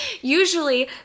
usually